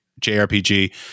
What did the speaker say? JRPG